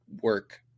work